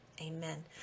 Amen